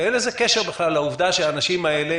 ואין לזה קשר בכלל לעובדה שאנשים האלה